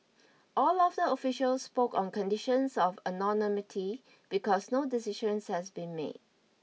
all of the officials spoke on conditions of anonymity because no decisions has been made